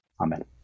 Amen